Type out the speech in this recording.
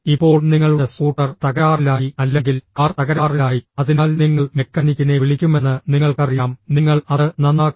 ഇപ്പോൾ നിങ്ങളുടെ സ്കൂട്ടർ തകരാറിലായി അല്ലെങ്കിൽ കാർ തകരാറിലായി അതിനാൽ നിങ്ങൾ മെക്കാനിക്കിനെ വിളിക്കുമെന്ന് നിങ്ങൾക്കറിയാം നിങ്ങൾ അത് നന്നാക്കും